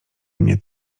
mnie